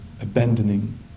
abandoning